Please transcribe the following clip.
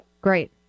Great